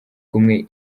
kumwe